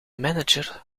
manager